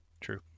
True